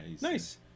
Nice